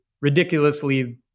ridiculously